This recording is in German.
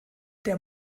der